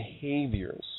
behaviors